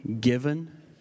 given